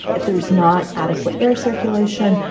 if there's not adequate air circulation.